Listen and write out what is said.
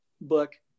book